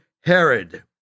Herod